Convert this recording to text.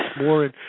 more